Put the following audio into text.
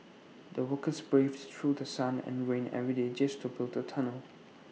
the workers braved through sun and rain every day just to build the tunnel